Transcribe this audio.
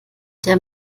der